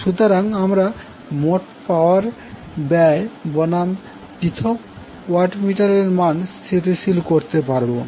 সুতরাং আমরা মোট পাওয়ার ব্যয় বনাম পৃথক ওয়াট মিটার এর মান স্থিতিশীল করতে পারবো